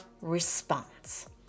response